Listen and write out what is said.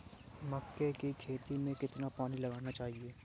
मक्के की खेती में कितना पानी लगाना चाहिए?